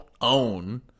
own